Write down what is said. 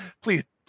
Please